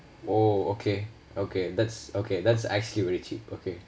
oh okay okay that's okay that's actually very cheap okay